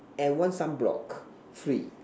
and one sunblock free